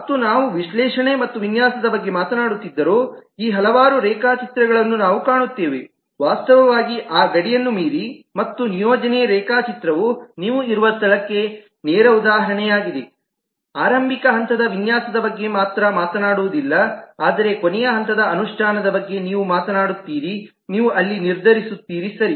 ಮತ್ತು ನಾವು ವಿಶ್ಲೇಷಣೆ ಮತ್ತು ವಿನ್ಯಾಸದ ಬಗ್ಗೆ ಮಾತನಾಡುತ್ತಿದ್ದರೂ ಈ ಹಲವಾರು ರೇಖಾ ಚಿತ್ರಗಳನ್ನು ನಾವು ಕಾಣುತ್ತೇವೆ ವಾಸ್ತವವಾಗಿ ಆ ಗಡಿಯನ್ನು ಮೀರಿ ಮತ್ತು ನಿಯೋಜನೆ ರೇಖಾ ಚಿತ್ರವು ನೀವು ಇರುವ ಸ್ಥಳಕ್ಕೆ ನೇರ ಉದಾಹರಣೆಯಾಗಿದೆ ಆರಂಭಿಕ ಹಂತದ ವಿನ್ಯಾಸದ ಬಗ್ಗೆ ಮಾತ್ರ ಮಾತನಾಡುವುದಿಲ್ಲ ಆದರೆ ಕೊನೆಯ ಹಂತದ ಅನುಷ್ಠಾನದ ಬಗ್ಗೆ ನೀವು ಮಾತ ನಾಡುತ್ತೀರಿ ನೀವು ಅಲ್ಲಿ ನಿರ್ಧರಿಸುತ್ತೀರಿ ಸರಿ